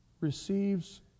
receives